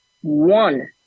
One